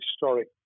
historic